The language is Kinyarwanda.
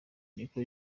niko